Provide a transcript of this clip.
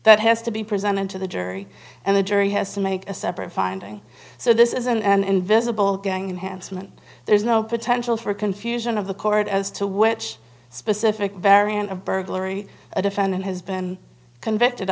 that has to be presented to the jury and the jury has to make a separate finding so this isn't an invisible gang unhandsome and there's no potential for confusion of the court as to which specific variant of burglary a defendant has been convicted